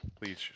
please